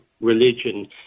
religion